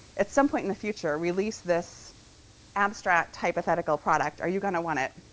at some point in a future, release this abstract, hypothetical product, are you going to want it?